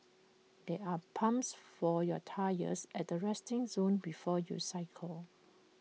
there are pumps for your tyres at the resting zone before you cycle